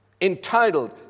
entitled